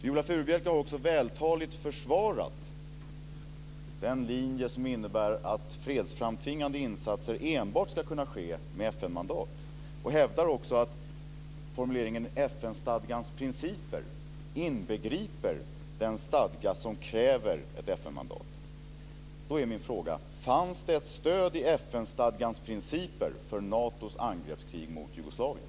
Viola Furubjelke har också vältaligt försvarat den linje som innebär att fredsframtvingande insatser enbart ska kunna ske med FN-mandat och hävdar också att formuleringen "FN-stadgans principer" inbegriper den stadga som kräver ett FN-mandat. Därför är min fråga: Fanns det ett stöd i FN stadgans principer för Natos angreppskrig mot Jugoslavien?